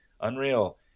unreal